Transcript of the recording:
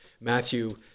Matthew